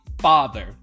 father